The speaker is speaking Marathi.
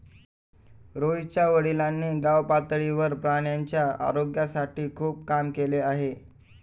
रोहितच्या वडिलांनी गावपातळीवर प्राण्यांच्या आरोग्यासाठी खूप काम केले आहे